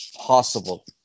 possible